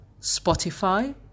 Spotify